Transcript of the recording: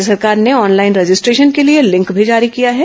राज्य सरकार ने ऑनलाइन रजिस्ट्रेशन के लिए लिंक भी जारी किया है